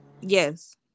Yes